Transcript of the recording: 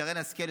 וששרן השכל,